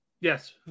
Yes